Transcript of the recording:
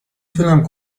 تونم